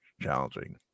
challenging